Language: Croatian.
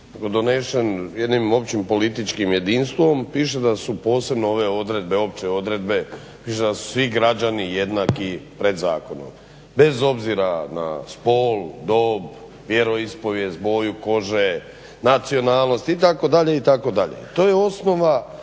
donesen jednim općim političkim jedinstvom, piše da su ove opće odredbe piše da su svi građani jednaki pred zakonom, bez obzira na spol, dob, vjeroispovijest, boju kože, nacionalnost itd.,